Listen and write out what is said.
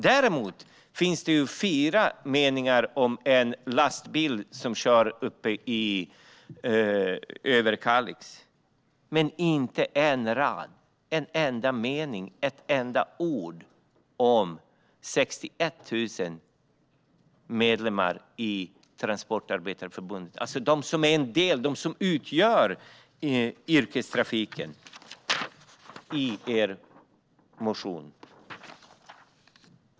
Däremot finns det fyra meningar om en lastbil som kör uppe i Överkalix. Men det finns inte en enda mening, ett enda ord i er motion om de 61 000 medlemmar i Transportarbetareförbundet som utgör yrkestrafiken.